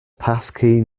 passkey